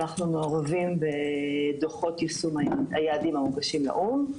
אנחנו מעורבים בדוחות יישום היעדים המוגשים לאו"ם,